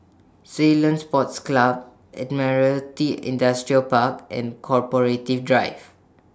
Ceylon Sports Club Admiralty Industrial Park and corporative Drive